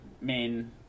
main